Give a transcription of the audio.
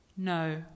No